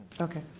Okay